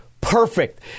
perfect